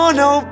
no